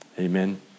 Amen